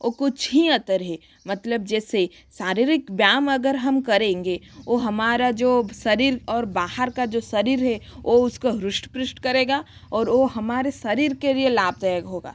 और कुछ ही अंतर है मतलब जैसे शारीरिक व्यायाम अगर हम करेंगे ओ हमारा जो शरीर और बाहर का जो शरीर है ओ उसको रुष्ट पृष्ठ करेगा और ओ हमारे शरीर के लिए लाभदायक होगा